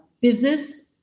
business